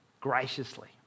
graciously